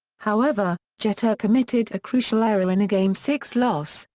however, jeter committed a crucial error in a game six loss,